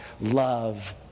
Love